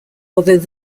although